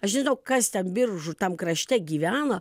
aš nežinau kas ten biržų tam krašte gyveno